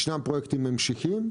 יש פרויקטים המשכיים,